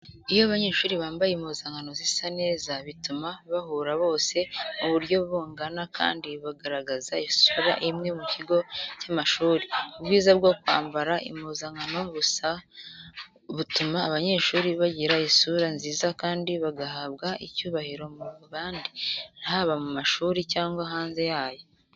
Iyo abanyeshuri bambaye impuzankano zisa neza, bituma bahura bose mu buryo bungana kandi bagaragaza isura imwe mu kigo cy’amashuri. Ubwiza bwo kwambara impuzankano busa butuma abanyeshuri bagira isura nziza kandi bagahabwa icyubahiro mu bandi, haba mu mashuri cyangwa hanze yayo.